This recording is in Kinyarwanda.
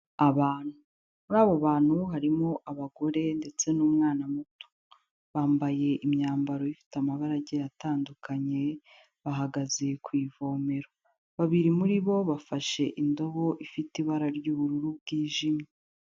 Abantu, muri abo bantu harimo abagore ndetse n'umwana muto bambaye imyambaro ifite amabara agiye atandukanye, bahagaze ku ivomero, babiri muri bo bafashe indobo ifite ibara ry'ubururu bwijimye.